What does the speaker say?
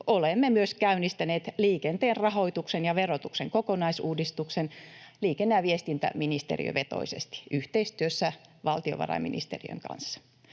olemme myös käynnistäneet liikenteen rahoituksen ja verotuksen kokonaisuudistuksen liikenne- ja viestintäministeriövetoisesti yhteistyössä valtiovarainministeriön kanssa.